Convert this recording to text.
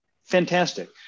fantastic